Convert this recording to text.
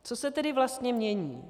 Co se tedy vlastně mění?